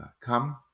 come